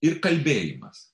ir kalbėjimas